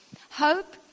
Hope